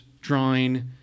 drawing